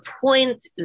point